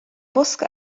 bosca